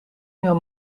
know